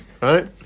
Right